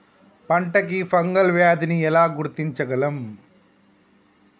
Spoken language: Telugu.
పంట కి ఫంగల్ వ్యాధి ని ఎలా గుర్తించగలం?